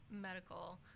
medical